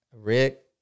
Rick